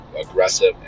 aggressive